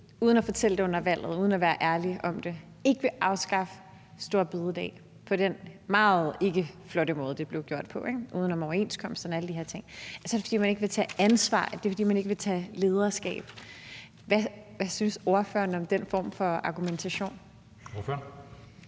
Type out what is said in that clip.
uden at fortælle det under valgskampen – vil være ærlig om at afskaffe store bededag på den meget ikkeflotte måde, det blev gjort på uden om overenskomster og alle de her ting, så er det, fordi man ikke vil tage ansvar, man ikke vil tage lederskab. Hvad synes ordføreren om den form for argumentation? Kl.